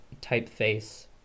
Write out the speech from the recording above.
typeface